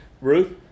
Ruth